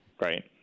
Right